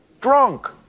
drunk